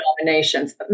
nominations